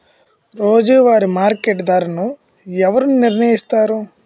రోజువారి మార్కెట్ ధరలను ఎవరు నిర్ణయిస్తారు?